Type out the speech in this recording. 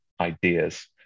ideas